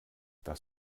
das